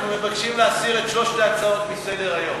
אנחנו מבקשים להסיר את שלוש ההצעות מסדר-היום.